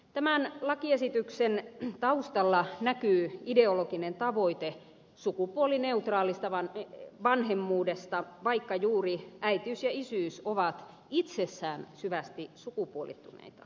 tämän lakiesityksen taustalla näkyy ideologinen tavoite sukupuolineutraalista vanhemmuudesta vaikka juuri äitiys ja isyys ovat itsessään syvästi sukupuolittuneita